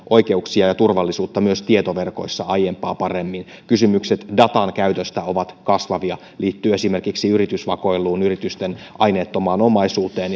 oikeuksia ja turvallisuutta myös tietoverkoissa aiempaa paremmin kysymykset datan käytöstä ovat kasvavia liittyvät esimerkiksi yritysvakoiluun yritysten aineettomaan omaisuuteen